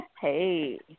Hey